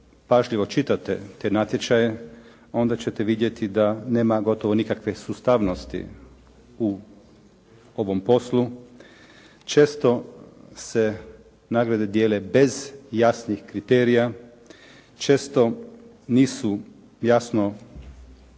pažljivo čitate te natječaje onda ćete vidjeti da nema gotovo nikakve sustavnosti u ovom poslu. Često se nagrade dijele bez jasnih kriterija, često nisu jasno